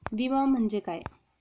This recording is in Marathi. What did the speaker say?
विमा म्हणजे काय?